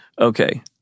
okay